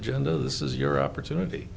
agenda this is your opportunity